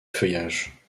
feuillage